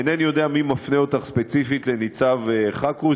אינני יודע מי מפנה אותך ספציפית לניצב חאכו,